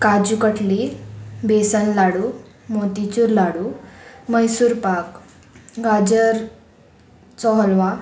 काजू कटली बेसन लाडू मोतीचूर लाडू मैसूर पाक गाजर चहलवा